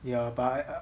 ya but I